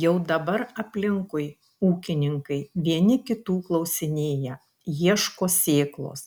jau dabar aplinkui ūkininkai vieni kitų klausinėja ieško sėklos